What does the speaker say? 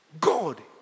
God